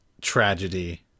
tragedy